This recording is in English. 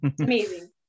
amazing